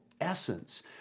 essence